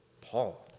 Paul